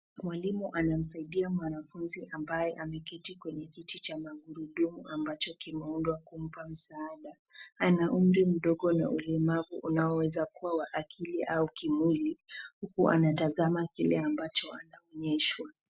Mwalimu anamsaidia mwanafunzi ambaye ameketi kwenye kiti cha magurudumu ambacho kimeundwa kumpa msaada. Ana umri mdogo na ulemavu unaoweza kuwa wa akili au kimwili, huku anatazama kile ambacho anaonyeshwa.